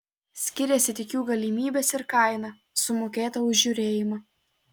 skiriasi tik jų galimybės ir kaina sumokėta už žiūrėjimą